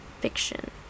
fiction